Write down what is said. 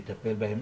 לטפל בהם,